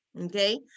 Okay